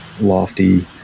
lofty